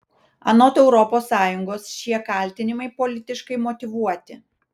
anot europos sąjungos šie kaltinimai politiškai motyvuoti